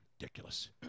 Ridiculous